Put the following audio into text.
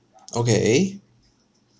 okay eh